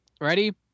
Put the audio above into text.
ready